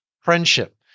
friendship